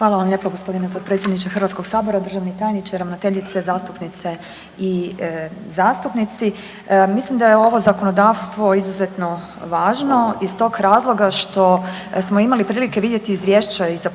Hvala vam lijepo potpredsjedniče Hrvatskoga sabora, državni tajniče, ravnateljice, zastupnice i zastupnici, mislim da je ovo zakonodavstvo izuzetno važno iz tog razloga što smo imali prilike vidjeti Izvješća i za prošlu